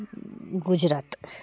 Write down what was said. Gujarat